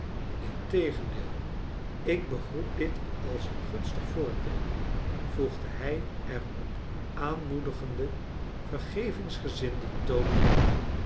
integendeel ik begroet dit als een gunstig voorteeken voegde hij er op aanmoedigenden vergevingsgezinden toon bij